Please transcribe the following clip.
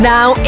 Now